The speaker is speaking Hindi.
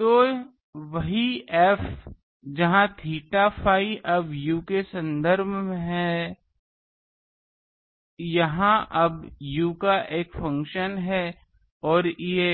Refer slide time 1653 तो वही F जहां theta phi अब यू के संदर्भ में है यह अब u का एक फ़ंक्शन है और ये